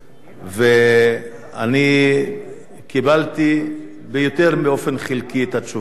אני קיבלתי ביותר מאופן חלקי את התשובה שלך,